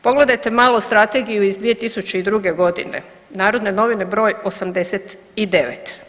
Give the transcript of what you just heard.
Pogledajte malo strategiju iz 2002. godine Narodne novine broj 89.